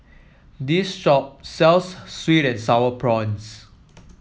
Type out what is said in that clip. this shop sells sweet and sour prawns